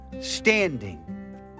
standing